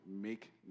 make